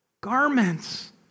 garments